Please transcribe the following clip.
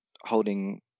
holding